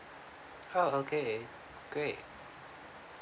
oh okay great